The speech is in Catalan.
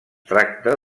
tracta